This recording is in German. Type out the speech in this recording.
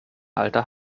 alter